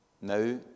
now